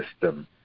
system